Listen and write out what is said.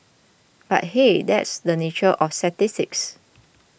but hey that's the nature of statistics